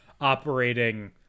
operating